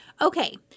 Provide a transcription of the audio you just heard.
Okay